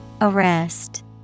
Arrest